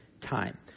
time